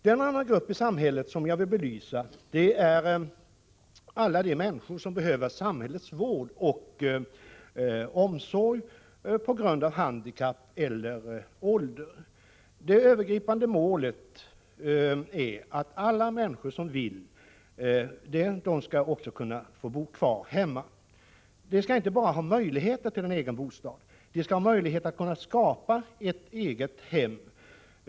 Den andra grupp i samhället som jag vill belysa är alla de människor som behöver samhällets vård och omsorg på grund av handikapp eller ålder. Det övergripande målet är att alla människor som vill det också skall kunna bo kvar hemma. De skall inte bara ha möjligheter till en egen bostad — de skall också ha möjligheter att kunna skapa ett eget hem.